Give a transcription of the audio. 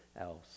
else